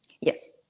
Yes